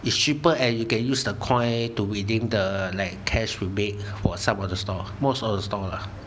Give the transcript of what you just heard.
is cheaper and you can use the coin to redeem the like cash rebate for some of the store most of the store lah